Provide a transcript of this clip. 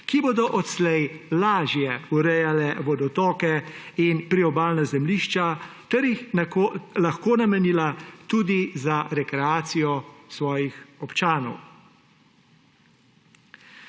ki bodo odslej lažje urejale vodotoke in priobalna zemljišča ter jih lahko namenila tudi za rekreacijo svojih občanov.